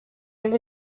wumve